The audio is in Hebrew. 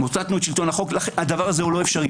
זה לא אפשרי.